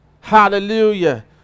Hallelujah